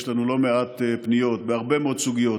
יש לנו לא מעט פניות בהרבה מאוד סוגיות,